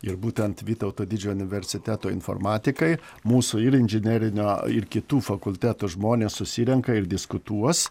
ir būtent vytauto didžiojo universiteto informatikai mūsų ir inžinerinio ir kitų fakultetų žmonės susirenka ir diskutuos